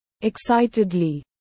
Excitedly